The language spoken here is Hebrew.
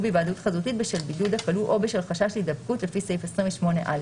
בהיוועדות חזותית בשל בידוד הכלוא או בשל חשש להידבקות לפי סעיף 28א(ב).